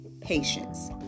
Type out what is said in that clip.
patience